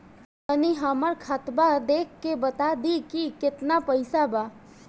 तनी हमर खतबा देख के बता दी की केतना पैसा बा?